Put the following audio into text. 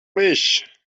mich